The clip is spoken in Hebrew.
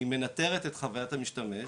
היא מנטרת את חווית המשתמש,